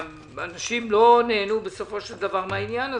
שאנשים לא נהנו בסופו של דבר מהעניין הזה.